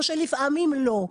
ולפעמים לא.